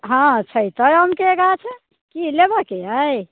हँ हँ छै तऽ आमके गाछ कि लेबऽके अइ